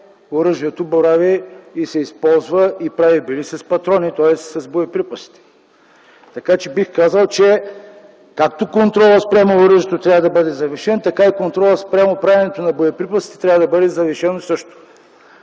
оръжието се използва и прави бели с патрони, тоест с боеприпасите. Бих казал, че както контролът спрямо оръжието трябва да бъде завишен, така и контролът спрямо правенето на боеприпасите също трябва да бъде завишен.